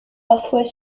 parfois